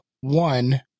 one